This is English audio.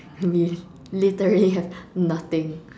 we literally have nothing